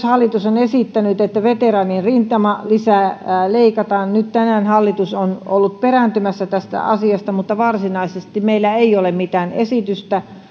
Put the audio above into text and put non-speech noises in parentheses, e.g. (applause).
(unintelligible) hallitus on myös esittänyt että veteraanien rintamalisää leikataan nyt tänään hallitus on ollut perääntymässä tästä asiasta mutta varsinaisesti meillä ei ole mitään esitystä (unintelligible)